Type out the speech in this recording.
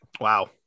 Wow